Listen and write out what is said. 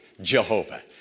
Jehovah